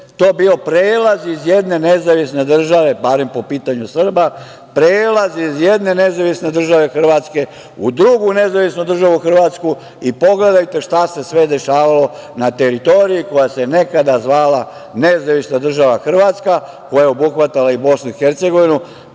to bio prelaz iz jedne nezavisne države Hrvatske, barem po pitanju Srba, u drugu nezavisnu državu Hrvatsku i pogledajte šta se sve dešavalo na teritoriji koja se nekada zvala Nezavisna država Hrvatska, koja je obuhvatala i Bosnu i Hercegovinu,